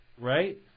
right